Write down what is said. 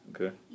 Okay